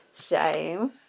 Shame